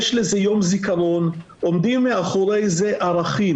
יש לזה יום זיכרון, עומדים מאחורי זה ערכים.